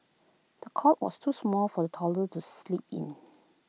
the cot was too small for the toddler to sleep in